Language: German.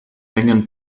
mengen